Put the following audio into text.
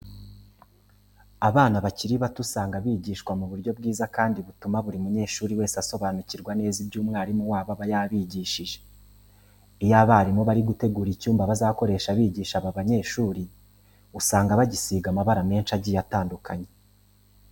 Abana bakiri bato usanga bigishwa mu buryo bwiza kandi butuma buri munyeshuri wese asobanukirwa neza ibyo umwarimu wabo aba yabigishije. Iyo abarimu bari gutegura icyumba bazakoresha bigisha aba bayeshuri usanga bagisiga amabara menshi agiye atandukanye.